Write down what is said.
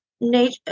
nature